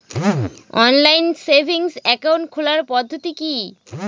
Online savings account খোলার পদ্ধতি কি?